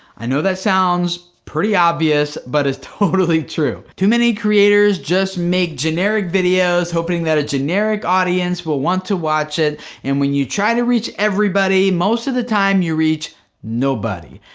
i know that sounds pretty obvious, but it's totally true. too many creators just make generic videos hoping that a generic audience will want to watch it and when you try to reach everybody, most of the time, you reach nobody.